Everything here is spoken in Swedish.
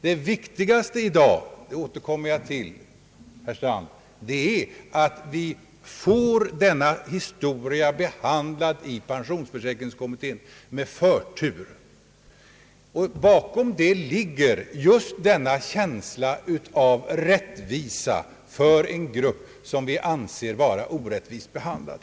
Det viktigaste i dag — det återkommer jag till, herr Strand — är att denna fråga blir behandlad med förtur i pensionsförsäkringskommittén. Bakom detta krav ligger just känslan att rättvisa bör ges åt en grupp som vi anser vara orättvist behandlad.